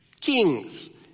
Kings